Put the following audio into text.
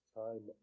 time